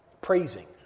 praising